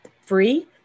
free